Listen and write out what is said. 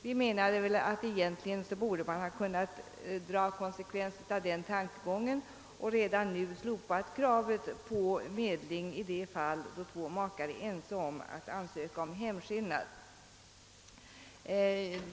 Egentligen tycker vi att man borde ha kunnat dra konsekvenserna av den tankegången genom att redan nu slopa kravet på medling i de fall då båda makarna är ense om att ansöka om hemskillnad.